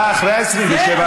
אתה אחרי ה-27.